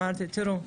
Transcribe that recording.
אמרתי: תראו,